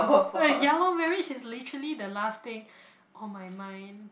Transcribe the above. oh ya lor marriage is literally the last thing on my mind